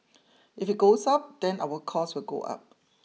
if it goes up then our cost will go up